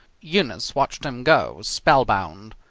eunice watched him go, spellbound.